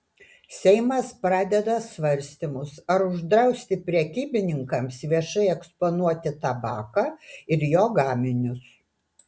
seimas pradeda svarstymus ar uždrausti prekybininkams viešai eksponuoti tabaką ir jo gaminius